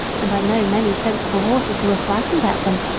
and i know many sensible horses who are frightened at them,